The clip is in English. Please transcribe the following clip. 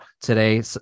today